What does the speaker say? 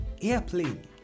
Airplane